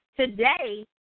Today